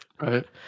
Right